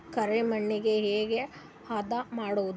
ಕರಿ ಮಣ್ಣಗೆ ಹೇಗೆ ಹದಾ ಮಾಡುದು?